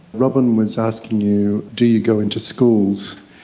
robyn was asking you, do you go in to schools.